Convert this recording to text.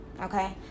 Okay